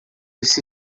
esse